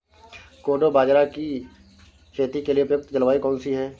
कोडो बाजरा की खेती के लिए उपयुक्त जलवायु कौन सी है?